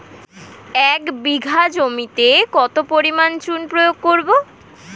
এক বিঘা জমিতে কত পরিমাণ চুন প্রয়োগ করব?